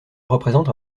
représente